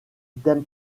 thème